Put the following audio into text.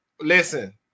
listen